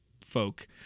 folk